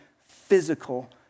physical